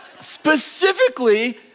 specifically